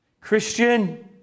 Christian